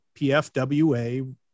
PFWA